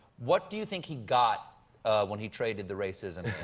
what do you think he got when he traded the racism